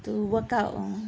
oh to workout oh